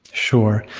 sure.